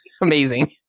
amazing